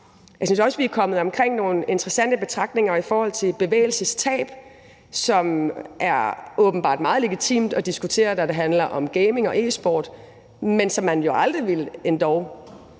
Jeg synes også, vi er kommet omkring nogle interessante betragtninger i forhold til bevægelsestab, som åbenbart er meget legitimt at diskutere, når det handler om gaming og e-sport, men som man jo aldrig ville endog